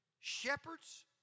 shepherds